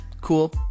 cool